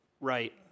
Right